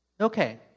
Okay